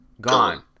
gone